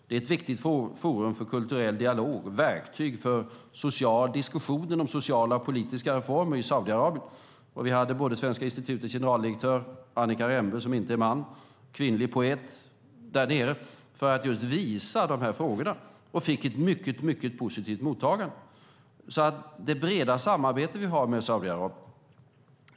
Det är ett viktigt forum för kulturell dialog och ett verktyg för diskussionen om sociala och politiska reformer i Saudiarabien. Vi hade både Svenska institutets generaldirektör Annika Rembe, som inte är man, och en kvinnlig poet där nere för att just visa dessa frågor och fick ett mycket positivt mottagande. Vi har ett brett samarbete med Saudiarabien.